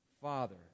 Father